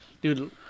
dude